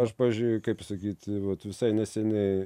aš pavyzdžiui kaip pasakyt vat visai neseniai